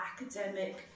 academic